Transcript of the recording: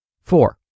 Four